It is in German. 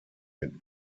mit